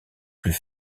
plus